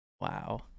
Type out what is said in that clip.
Wow